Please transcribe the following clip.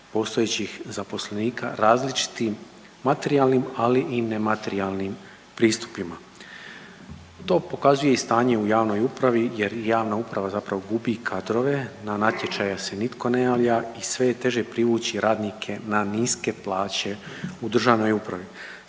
postojećih zaposlenika različitim materijalnim, ali i nematerijalnim pristupima. To pokazuje i stanje u javnoj upravi jer i javna uprava zapravo gubi kadrove, na natječaje se nitko ne javlja i sve je teže privući radnike na niske plaće u državnoj upravi.